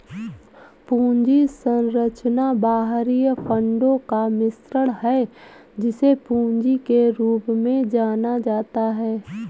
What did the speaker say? पूंजी संरचना बाहरी फंडों का मिश्रण है, जिसे पूंजी के रूप में जाना जाता है